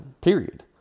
period